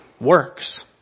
works